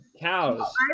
cows